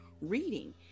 reading